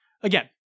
again